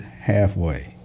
halfway